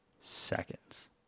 seconds